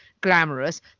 glamorous